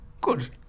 Good